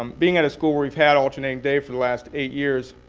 um being at a school where we've had alternating day for the last eight years,